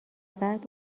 بعد